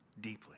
deeply